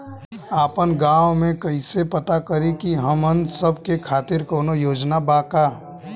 आपन गाँव म कइसे पता करि की हमन सब के खातिर कौनो योजना बा का?